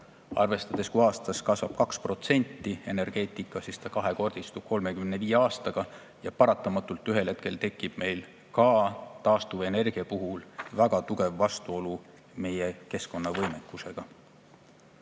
arvestades, et kui aastas kasvab 2% energeetika, siis ta kahekordistub 35 aastaga? Paratamatult tekib ühel hetkel meil ka taastuvenergia puhul väga tugev vastuolu meie keskkonna võimekusega.